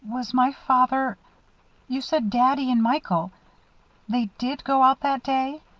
was my father you said daddy and michael they did go out that day?